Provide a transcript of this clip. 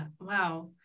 wow